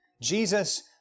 Jesus